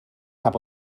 cap